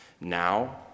Now